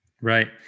Right